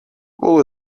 wool